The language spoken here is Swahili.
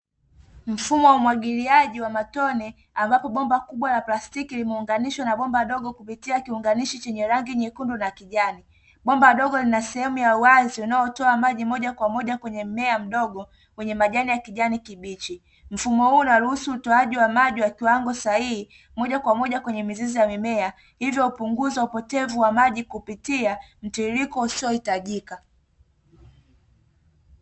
Mfumo wa umwagiliaji wa matone ambapo bomba kubwa la plastiki limeonganishwa na bomba dogo kupitia kiunganishi chenye rangi nyekundu na kijani, bomba dogo lina sehemu ya uwazi inayotoa maji moja kwa moja kwenye mmea mdogo wenye majani ya kijani kibichi, mfumo huu unaruhusu utoaji wa maji wa kiwango sahihi moja kwa moja kwenye mizizi ya mimea; hivyo hupunguza upotevu wa maji kupitia mtiririko usiohitajika.